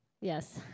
Yes